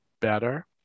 better